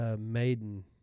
maiden